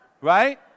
right